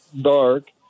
dark